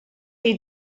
chi